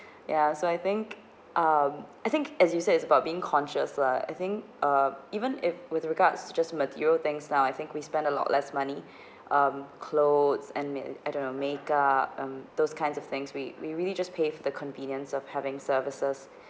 ya so I think um I think as you said it's about being conscious lah I think uh even if with regards to just material things now I think we spend a lot less money um clothes and meal I don't know makeup um those kind of things we we really just pay for the convenience of having services